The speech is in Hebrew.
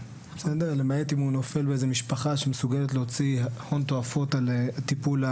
למעט אם הוא נופל באיזה משפחה שמסוגלת להוציא הון תועפות על טיפול,